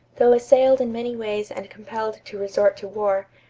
though assailed in many ways and compelled to resort to war,